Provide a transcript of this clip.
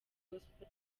gospel